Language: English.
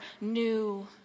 new